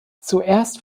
zuerst